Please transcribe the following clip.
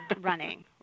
running